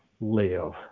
live